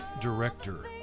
director